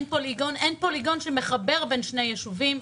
אין פוליגון שמחבר בין שני ישובים,